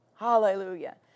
Hallelujah